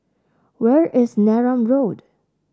where is Neram Road